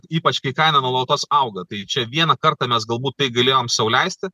ypač kai kaina nuolatos auga tai čia vieną kartą mes galbūt tai galėjom sau leisti